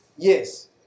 Yes